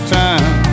time